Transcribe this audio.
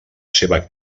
seva